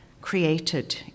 created